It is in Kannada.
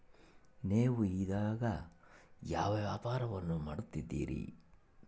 ನೇವು ಇದೇಗ ಯಾವ ವ್ಯಾಪಾರವನ್ನು ಮಾಡುತ್ತಿದ್ದೇರಿ?